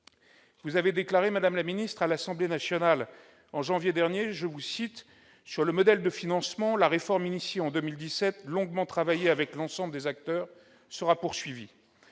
vous avez déclaré à l'Assemblée nationale en janvier dernier :« pour ce qui est du modèle de financement, la réforme initiée en 2017, longuement travaillée avec l'ensemble des acteurs, sera poursuivie ».